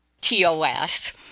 TOS